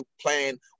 playing